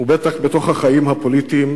ובטח בחיים הפוליטיים.